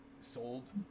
sold